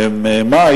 שממאי,